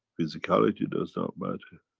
physicality does not matter.